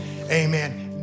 amen